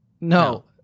No